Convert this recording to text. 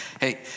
Hey